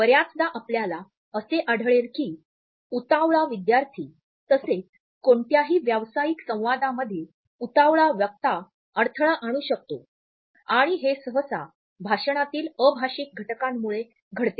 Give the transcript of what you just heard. बर्याचदा आपल्याला असे आढळेल की उतावळा विद्यार्थी तसेच कोणत्याही व्यावसायिक संवादामध्ये उतावळा वक्ता अडथळा आणू शकतो आणि हे सहसा भाषणातील अभाषिक घटकांमुळे घडते